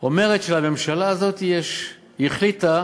אומרת שהממשלה הזאת החליטה